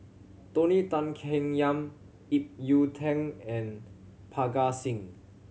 Tony Tan Keng Yam Ip Yiu Tung and Parga Singh